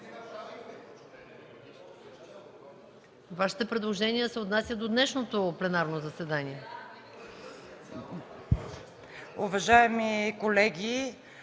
Вашите предложения се отнасят до днешното пленарно заседание.